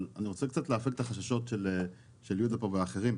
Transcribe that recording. אבל אני רוצה להפיג קצת את החששות של יהודה ואחרים.